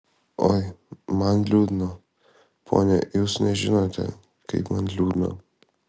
oi man liūdna pone jūs nežinote kaip man liūdna